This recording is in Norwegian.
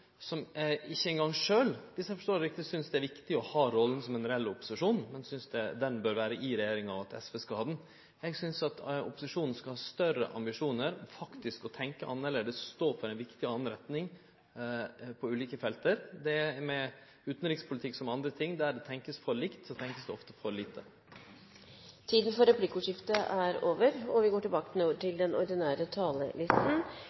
som ikkje eingong sjølv, dersom eg forstår dei riktig, synest det er viktig å ha rolla som ein reell opposisjon, men som synest den bør vere i regjeringa, og at SV skal ha den. Eg synest at opposisjonen skal ha større ambisjonar, faktisk tenkje annleis, stå for ei viktig anna retning på ulike felt. Det er med utanrikspolitikk som med andre ting, der det vert tenkt for likt, vert det ofte tenkt for lite. Replikkordskiftet er over. Årets forsvarsbudsjett og